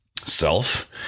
self